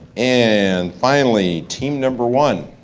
and finally team number one.